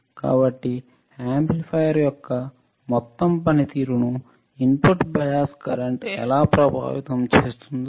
కాబట్టి యాంప్లిఫైయర్ యొక్క మొత్తం పనితీరు ను ఇన్పుట్ బయాస్ కరెంట్ ఎలా ప్రభావితం చేస్తుందో